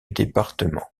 département